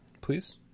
Please